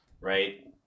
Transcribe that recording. Right